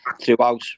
throughout